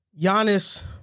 Giannis